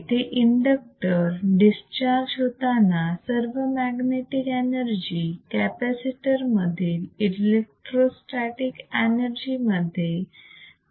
इथे inductor discharge होताना सर्व मॅग्नेटिक एनर्जी कॅपॅसिटर मधील इलेक्ट्रोस्टॅटीक एनर्जी मध्ये कन्वर्ट होईल